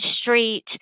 street